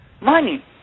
money